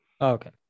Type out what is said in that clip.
okay